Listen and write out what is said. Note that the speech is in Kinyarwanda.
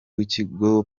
w’ikigo